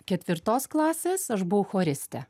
ketvirtos klasės aš buvau choristė